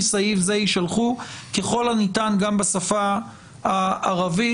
סעיף זה יישלחו ככל הניתן גם בשפה הערבית,